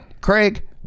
Craig